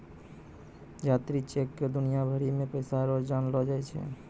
यात्री चेक क दुनिया भरी मे पैसा रो जानलो जाय छै